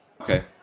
okay